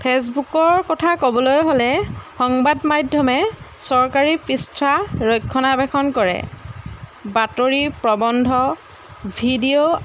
ফে'চবুকৰ কথা ক'বলৈ হ'লে সংবাদ মাধ্যমে চৰকাৰী পৃষ্ঠা ৰক্ষণাৱেষণ কৰে বাতৰি প্ৰবন্ধ ভিডিঅ'